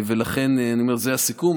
זה הסיכום.